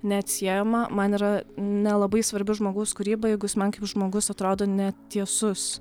neatsiejama man yra nelabai svarbi žmogaus kūryba jeigu jis man kaip žmogus atrodo ne tiesus